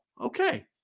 okay